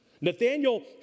Nathaniel